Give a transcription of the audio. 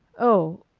oh!